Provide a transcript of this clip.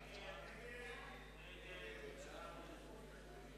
אני מצביע על סעיף 134 כנוסח הוועדה.